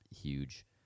huge